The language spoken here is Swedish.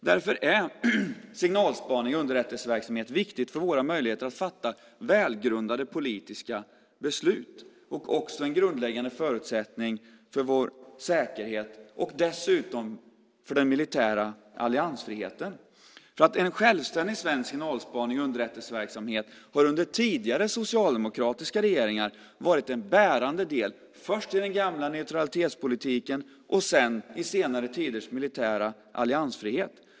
Därför är signalspaning och underrättelseverksamhet viktigt för våra möjligheter att fatta välgrundade politiska beslut och också en grundläggande förutsättning för vår säkerhet och dessutom för den militära alliansfriheten. En självständig svensk signalspanings och underrättelseverksamhet har under tidigare socialdemokratiska regeringar varit en bärande del, först i den gamla neutralitetspolitiken och sedan i senare tiders militära alliansfrihet.